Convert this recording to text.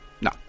no